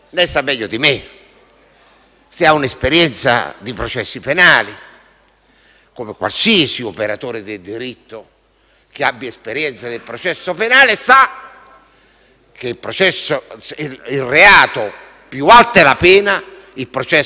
che ha un'esperienza di processi penali, come sa qualsiasi operatore di diritto che abbia esperienza nel processo penale, che più alta è la pena e il processo più lungo è,